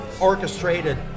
orchestrated